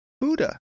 Buddha